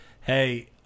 hey